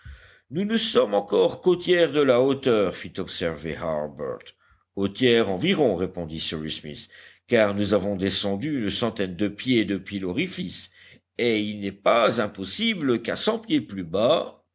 nous ne sommes encore qu'au tiers de la hauteur fit observer harbert au tiers environ répondit cyrus smith car nous avons descendu une centaine de pieds depuis l'orifice et il n'est pas impossible qu'à cent pieds plus bas